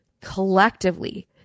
Collectively